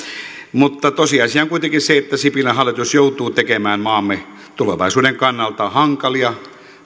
mutta tosiasia on kuitenkin se että sipilän hallitus joutuu tekemään maamme tulevaisuuden kannalta hankalia